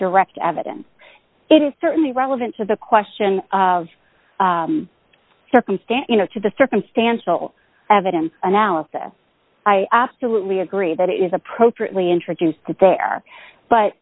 direct evidence it is certainly relevant to the question of circumstance to the circumstantial evidence analysis i absolutely agree that it is appropriately introduced that there but